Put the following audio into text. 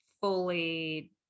fully